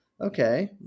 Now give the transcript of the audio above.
okay